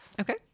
Okay